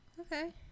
Okay